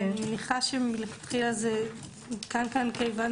אני מניחה שמלכתחילה זה הותקן כאן כיוון